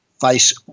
face